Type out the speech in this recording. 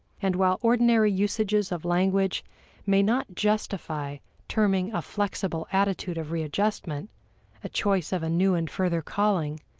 and while ordinary usages of language may not justify terming a flexible attitude of readjustment a choice of a new and further calling,